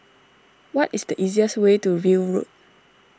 what is the easiest way to View Road